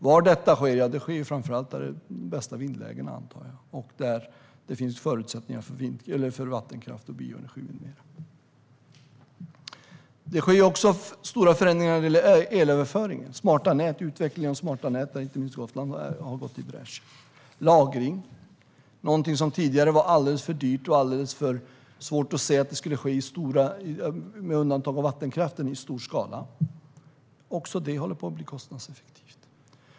Jag antar att det framför allt kommer att ske där de bästa vindlägena finns och där det finns förutsättningar för vattenkraft, bioenergi med mera. Det sker också stora förändringar när det gäller elöverföring och utveckling av smarta nät. Där har inte minst Gotland gått i bräschen. Också lagring, som tidigare var alldeles för dyrt och något som var svårt att se skulle ske i stor skala - med undantag av vattenkraft - håller på att bli kostnadseffektivt.